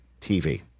TV